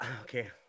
Okay